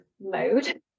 mode